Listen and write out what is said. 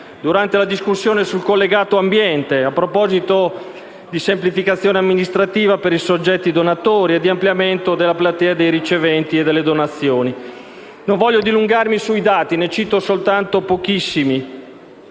durante la discussione sul collegato ambiente, a proposito di semplificazione amministrativa per i soggetti donatori e di ampliamento della platea dei riceventi le donazioni. Non voglio dilungarmi sui dati e ne cito soltanto pochissimi,